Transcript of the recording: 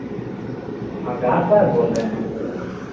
हाँ गार्ड साहब बोल रहे हैं